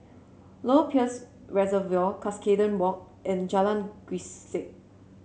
Lower Peirce Reservoir Cuscaden Walk and Jalan Grisek